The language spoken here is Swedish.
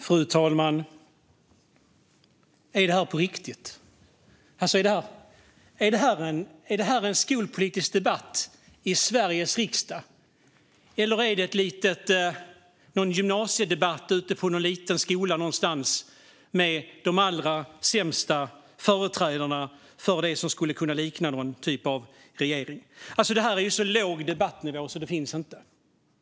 Fru talman! Är det här på riktigt? Är det här en skolpolitisk debatt i Sveriges riksdag, eller är det någon gymnasiedebatt ute på någon liten skola någonstans med de allra sämsta företrädarna för det som skulle kunna likna någon typ av regering? Det här är så låg debattnivå att det inte finns.